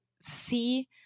see